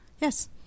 Yes